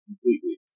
completely